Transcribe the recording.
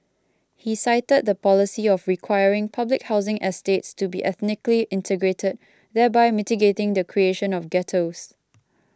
he cited the policy of requiring public housing estates to be ethnically integrated thereby mitigating the creation of ghettos